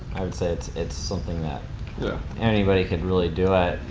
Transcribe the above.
i would say it's it's something that yeah anybody could really do.